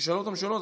כששאלו אותם שאלות,